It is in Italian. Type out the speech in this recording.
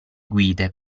guide